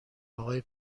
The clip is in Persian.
آقای